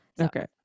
Okay